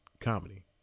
comedy